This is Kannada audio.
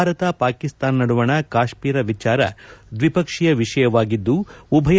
ಭಾರತ ಪಾಕಿಸ್ತಾನ ನಡುವಣ ಕಾಶ್ಮೀರ ವಿಚಾರ ದ್ವಿಪಕ್ಷೀಯ ವಿಷಯವಾಗಿದ್ದು ಉಭಯ